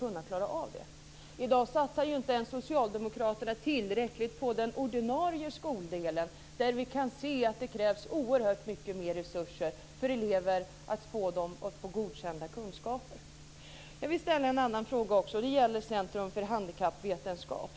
I dag satsar ju inte socialdemokraterna tillräckligt ens på den ordinarie skoldelen, där vi kan se att det krävs oerhört mycket mer resurser för att eleverna ska få godkända kunskaper. Jag vill också ta upp en annan fråga. Det gäller Centrum för handikappvetenskap.